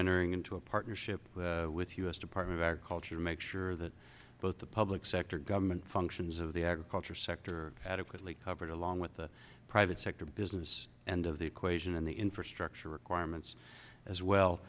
entering into a partnership with u s department of agriculture make sure that both the public sector government functions of the agriculture sector adequately covered along with the private sector business and of the equation in the infrastructure requirements as well